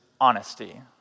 honesty